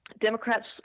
Democrats